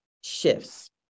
shifts